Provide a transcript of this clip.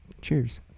Cheers